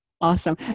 Awesome